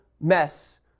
mess